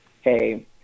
hey